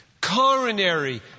coronary